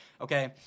okay